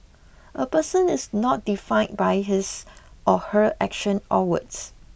a person is not defined by his or her action or words